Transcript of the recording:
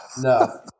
No